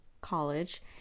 college